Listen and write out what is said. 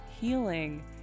healing